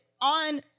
on